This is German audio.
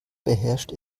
beherrscht